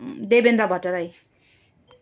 Devendra Bhattarai